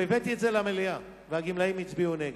הבאתי את זה למליאה, והגמלאים הצביעו נגד.